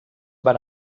van